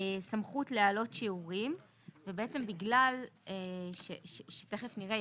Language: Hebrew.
הסמכות להעלות שיעורים ובעצם בגלל שתיכף נראה,